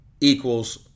equals